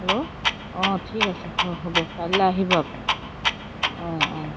hello অঁ ঠিক আছে হ'ব কালিলৈ আহিব আপুনি অঁ অঁ